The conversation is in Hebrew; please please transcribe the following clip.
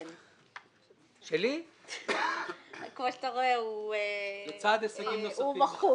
כמו שאתה רואה, הוא מחוק